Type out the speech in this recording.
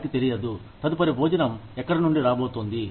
వారికి తెలియదు తదుపరి భోజనం ఎక్కడి నుండి రాబోతోంది